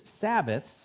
Sabbaths